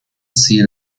see